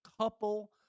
couple